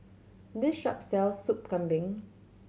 this shop sells Sup Kambing